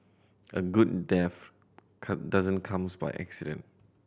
a good death cut doesn't comes by accident